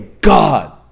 God